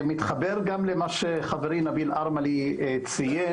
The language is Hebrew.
אני מתחבר למה שחברי נביל ארמלי ציין.